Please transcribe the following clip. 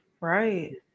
Right